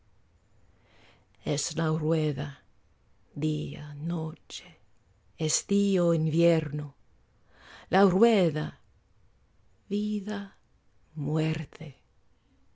es la rueda día noche estío invierno la rueda vida muerte